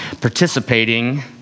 participating